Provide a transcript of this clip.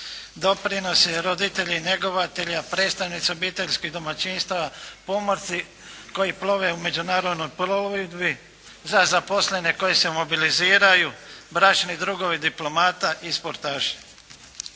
doprinosi roditelja, njegovatelja, predstavnica obiteljskih domaćinstava, pomorci koji plove u međunarodnoj plovidbi, za zaposlene koje se mobiliziraju, bračni drugovi diplomata i sportaša.